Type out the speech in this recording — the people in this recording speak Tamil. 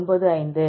95 8